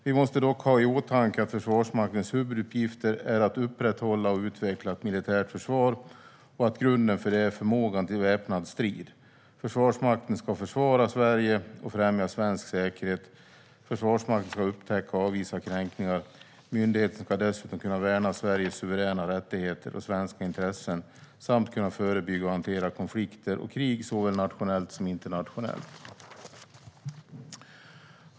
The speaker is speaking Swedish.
Vi måste dock ha i åtanke att Försvarsmaktens huvuduppgifter är att upprätthålla och utveckla ett militärt försvar och att grunden för det är förmågan till väpnad strid. Försvarsmakten ska försvara Sverige och främja svensk säkerhet. Försvarsmakten ska upptäcka och avvisa kränkningar. Myndigheten ska dessutom kunna värna Sveriges suveräna rättigheter och svenska intressen samt kunna förebygga och hantera konflikter och krig såväl nationellt som internationellt.